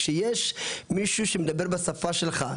כשיש מישהו שמדבר בשפה שלך,